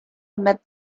met